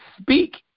speak